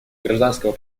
гражданского